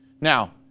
Now